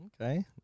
Okay